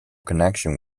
connection